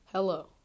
Hello